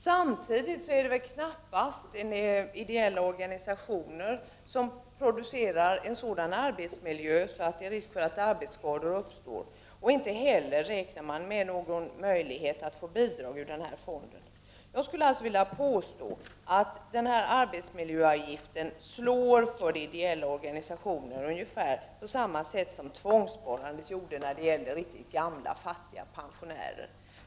Samtidigt är det väl knappast så att det är de ideella organisationerna som producerar en sådan arbetsmiljö som gör att det är risk att arbetsskador uppstår. Inte heller räknar dessa organisationer med att kunna få bidrag ur arbetslivsfonden. Jag skulle vilja påstå att arbetsmiljöavgiften för de ideella organisationerna slår ungefär på samma sätt som tvångssparandet gjorde i fråga om riktigt gamla, fattiga pensionärer.